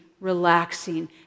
relaxing